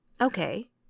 Okay